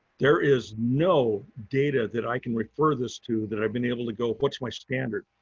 there is no data that i can refer this to that i've been able to go, what's my standard?